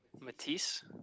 Matisse